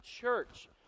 church